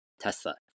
Tesla